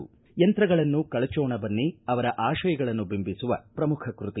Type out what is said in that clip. ಯಂತ್ರಗಳನ್ನು ಕಳಜೋಣ ಬನ್ನಿ ಅವರ ಆಶಯಗಳನ್ನು ಬಿಂಬಿಸುವ ಪ್ರಮುಖ ಕೃತಿ